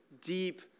deep